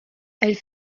elle